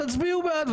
תצביעו בעד.